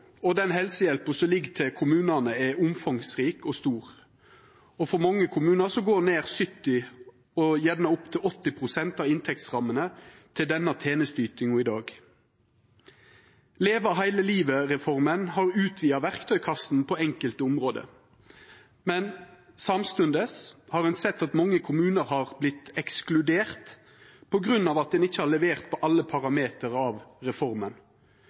og den helsehjelpa som ligg til kommunane, er omfangsrik og stor. For mange kommunar går nær 70 pst. og gjerne opp til 80 pst. av inntektsrammene til denne tenesteytinga i dag. Leve heile livet-reforma har utvida verktøykassa på enkelte område. Samstundes har ein sett at mange kommunar har vorte ekskluderte på grunn av at ein ikkje har levert på alle parameter av reforma.